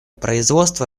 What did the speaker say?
производства